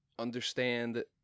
Understand